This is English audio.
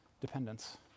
dependence